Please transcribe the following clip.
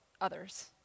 others